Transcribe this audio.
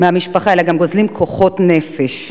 מהמשפחה אלא גם גוזלים כוחות נפש.